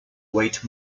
weight